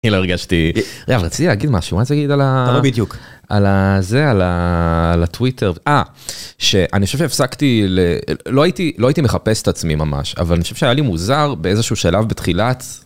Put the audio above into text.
אני לא הרגשתי, אבל רציתי להגיד משהו, מה רציתי להגיד על ה...? אתה לא בדיוק. על הזה...על ה... על הטוויטר. אה! שאני חושב שהפסקתי, לא הייתי לא הייתי מחפש את עצמי ממש אבל אני חושב שהיה לי מוזר באיזשהו שלב בתחילת.